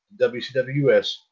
WCWS